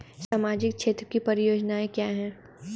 सामाजिक क्षेत्र की योजनाएं क्या हैं?